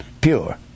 Pure